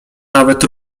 nawet